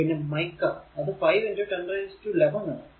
പിന്നെ മൈക്ക അത് 5 1011 ആണ്